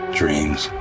dreams